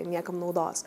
niekam naudos